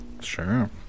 sure